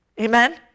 Amen